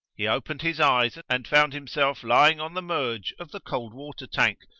he opened his eyes and found him self lying on the merge of the cold-water tank,